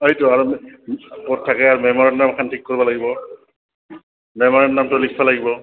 এইটো আৰু ক'ত থাকে আৰু মেম'ৰেণ্ডমখন ঠিক কৰিব লাগিব মেম'ৰেণ্ডমটো লিখিব লাগিব